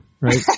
right